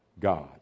God